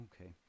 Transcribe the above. okay